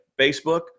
Facebook